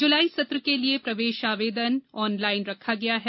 जुलाई सत्र प्रवेश आवेदन ऑनलाइन रखा गया हैं